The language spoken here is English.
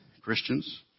Christians